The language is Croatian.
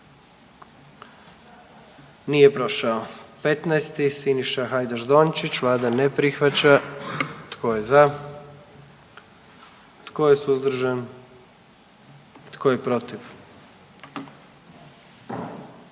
44. Kluba zastupnika SDP-a, vlada ne prihvaća. Tko je za? Tko je suzdržan? Tko je protiv?